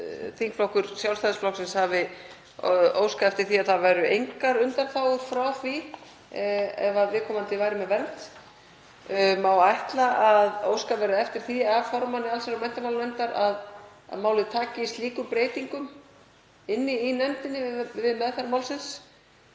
þingflokkur Sjálfstæðisflokksins hafi óskað eftir því að það væru engar undanþágur frá því ef viðkomandi væri með vernd? Má ætla að óskað verði eftir því af formanni allsherjar- og menntamálanefndar að málið taki slíkum breytingum inni í nefndinni við meðferð málsins?